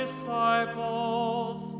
disciples